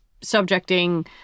subjecting